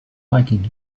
liking